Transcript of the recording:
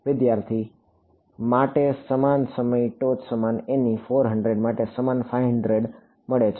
વિદ્યાર્થી ne માટે સમાન માટે ટોચ સમાન ne 400 માટે સમાન 500 સમાન મળે છે